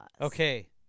Okay